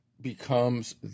becomes